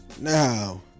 Now